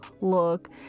look